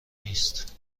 نیست